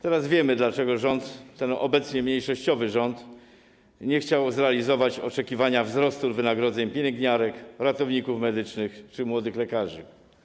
Teraz wiemy, dlaczego ten obecnie mniejszościowy rząd nie chciał zrealizować oczekiwania wzrostu wynagrodzeń pielęgniarek, ratowników medycznych czy młodych lekarzy.